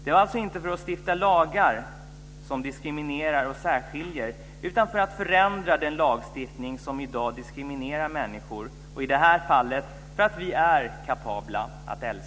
Det var inte för att stifta lagar som diskriminerar och särskiljer utan för att förändra den lagstiftning som i dag diskriminerar människor, i det här fallet för att vi är kapabla att älska.